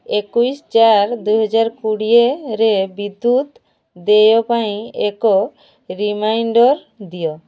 ଏକୋଇଶ ଚାର ଦୁଇହଜାର କୋଡ଼ିଏରେ ବିଦ୍ୟୁତ୍ ଦେୟ ପାଇଁ ଏକ ରିମାଇଣ୍ଡର୍ ଦିଅ